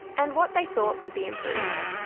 and what they thought could be improved.